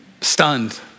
stunned